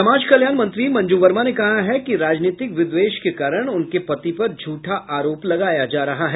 समाज कल्याण मंत्री मंजू वर्मा ने कहा है कि राजनीतिक विद्वेष के कारण उनके पति पर झूठा आरोप लगाया जा रहा है